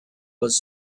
was